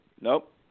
Nope